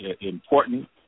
important